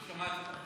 לא שמעתי.